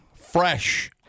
Fresh